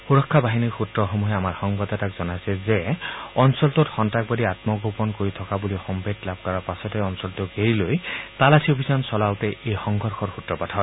সুৰক্ষা বাহিনীৰ সূত্ৰসমূহে আমাৰ সংবাদদাতাক জনাইছে যে অঞ্চলটোত সন্তাসবাদীয়ে আমগোপন কৰি থকা বুলি তথ্য লাভ কৰাৰ পাছতে অঞ্চলটো ঘেৰি লৈ তালাচী অভিযান চলাওতেই সংঘৰ্ষৰ সুত্ৰপাত হয়